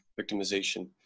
victimization